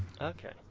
Okay